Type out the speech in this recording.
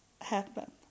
happen